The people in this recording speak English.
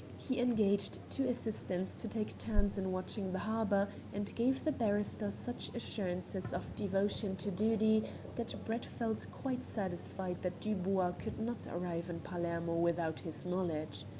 he engaged two assistants to take turns in watching the harbour, and gave the barrister such assurances of devotion to duty that brett felt quite satisfied that dubois could not arrive in palermo without his knowledge.